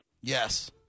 Yes